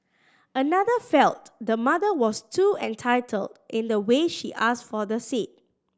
another felt the mother was too entitled in the way she asked for the seat